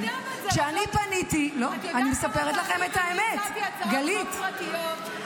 את יודעת כמה פעמים אני הצעתי הצעות חוק פרטיות --- גלית,